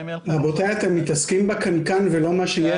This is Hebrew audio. רבותי, אתם מסתכלים בקנקן ולא במה שיש בו.